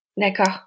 D'accord